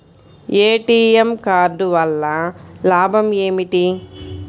ATM card వల్ల లాభం ఏమిటి?